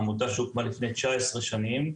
עמותה שהוקמה לפני 19 שנים.